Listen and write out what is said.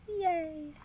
Yay